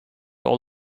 all